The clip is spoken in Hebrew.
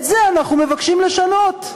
את זה אנחנו מבקשים לשנות.